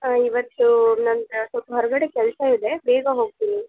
ಹಾಂ ಇವತ್ತು ನಂಗೆ ಸ್ವಲ್ಪ ಹೊರಗಡೆ ಕೆಲಸ ಇದೆ ಬೇಗ ಹೋಗ್ತೀನಿ